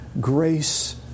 grace